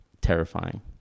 terrifying